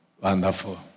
Wonderful